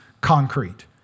concrete